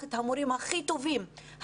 לקחת את המורים הכי טובים,